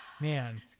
Man